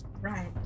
Right